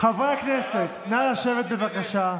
חברי הכנסת, נא לשבת, בבקשה.